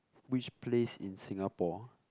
which place in Singapore